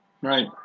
right